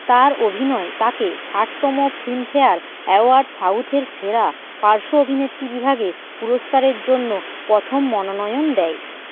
তার অভিনয় তাকে ষাটতম ফিল্মফেয়ার অ্যাওয়ার্ডস সাউথের সেরা পার্শ্ব অভিনেত্রী বিভাগে পুরস্কারের জন্য প্রথম মনোনয়ন দেয়